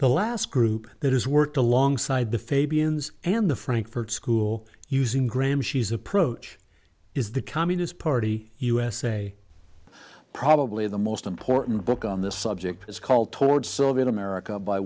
the last group that has worked alongside the fabians and the frankfurt school using gram she's approach is the communist party usa probably the most important book on this subject it's called toward soviet america by